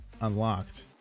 unlocked